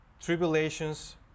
Tribulations